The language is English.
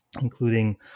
including